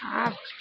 आब